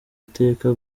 iteka